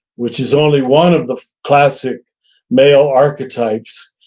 which is only one of the classic male archetypes,